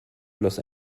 los